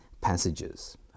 passages